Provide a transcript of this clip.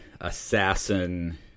assassin